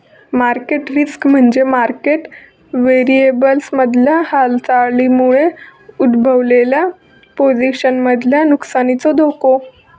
market risk म्हणजे market व्हेरिएबल्समधल्या हालचालींमुळे उद्भवलेल्या पोझिशन्समधल्या नुकसानीचो धोको